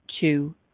two